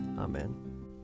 Amen